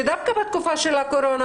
שדווקא בתקופה של הקורונה,